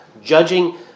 judging